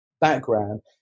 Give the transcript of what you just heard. background